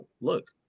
look